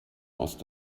ost